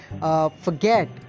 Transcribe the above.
forget